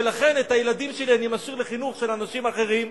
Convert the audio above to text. ולכן את הילדים שלי אני משאיר לחינוך של אנשים אחרים,